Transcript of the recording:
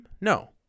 No